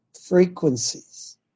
frequencies